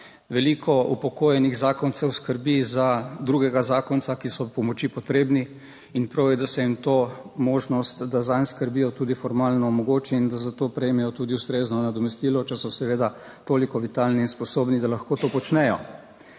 Veliko upokojenih zakoncev skrbi za drugega zakonca, ki so pomoči potrebni in prav je, da se jim to možnost, da zanj skrbijo, tudi formalno omogoči in da za to prejmejo tudi ustrezno nadomestilo, če so seveda toliko vitalni in sposobni, da lahko to počnejo.